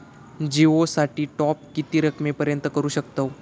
जिओ साठी टॉप किती रकमेपर्यंत करू शकतव?